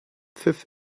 pfiff